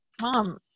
mom